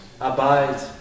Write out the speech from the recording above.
abide